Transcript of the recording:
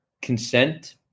consent